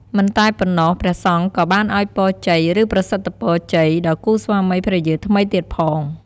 មិនតែប៉ុណ្ណោះព្រះសង្ឃក៏បានឲ្យពរជ័យ ឬប្រសិទ្ធពរជ័យ ដល់គូស្វាមីភរិយាថ្មីទៀតផង។